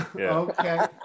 Okay